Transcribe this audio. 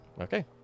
okay